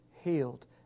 healed